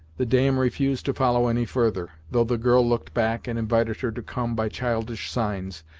the dam refused to follow any further, though the girl looked back and invited her to come by childish signs,